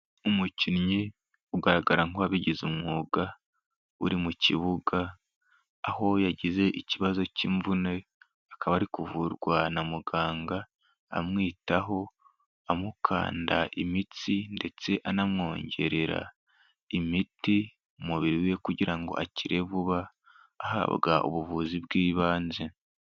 Umukinnyi ugaragara nk'uwabigize umwuga uri mu kibuga, aho yagize ikibazo cy'imvune, akaba ari kuvurwa na muganga amwitaho, amukanda imitsi, ndetse anamwongerera imiti umubiri we kugira ngo akire vuba ahabwa ubuvuzi bw'ibanze.